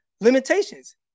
limitations